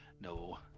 No